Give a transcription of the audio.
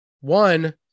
One